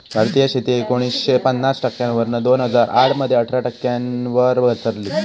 भारतीय शेती एकोणीसशे पन्नास टक्क्यांवरना दोन हजार आठ मध्ये अठरा टक्क्यांवर घसरली